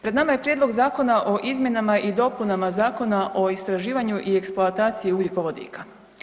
Pred nama je Prijedlog zakona o izmjenama i dopunama Zakona o istraživanju i eksploataciji ugljikovodika.